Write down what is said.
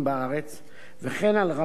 וכן על רמת השירות,